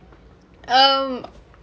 um